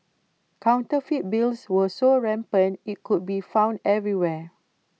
counterfeit bills were so rampant IT could be found everywhere